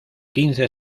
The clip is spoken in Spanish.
quince